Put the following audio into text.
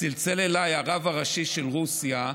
צלצל אליי הרב הראשי של רוסיה,